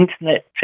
internet